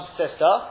sister